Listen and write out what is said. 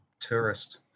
tourist